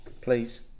Please